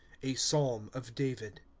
a psalm of david.